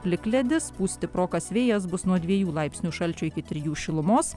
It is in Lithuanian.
plikledis pūs stiprokas vėjas bus nuo dviejų laipsnių šalčio iki trijų šilumos